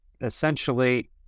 essentially